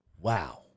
wow